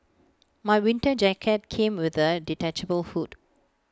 my winter jacket came with A detachable hood